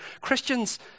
Christians